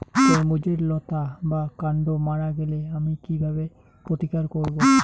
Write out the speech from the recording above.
তরমুজের লতা বা কান্ড মারা গেলে আমি কীভাবে প্রতিকার করব?